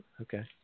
Okay